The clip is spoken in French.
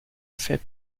fait